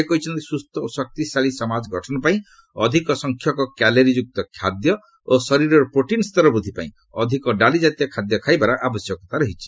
ସେ କହିଛନ୍ତି ସୁସ୍ଥ ଓ ଶକ୍ତିଶାଳୀ ସମାଜ ଗଠନପାଇଁ ଅଧିକ ସଂଖ୍ୟକ କ୍ୟାଲୋରୀଯୁକ୍ତ ଖାଦ୍ୟ ଓ ଶରୀରରେ ପ୍ରୋଟିନ୍ ସ୍ତର ବୃଦ୍ଧି ପାଇଁ ଅଧିକ ଡାଲିଜାତୀୟ ଖାଦ୍ୟ ଖାଇବାର ଆବଶ୍ୟକତା ରହିଛି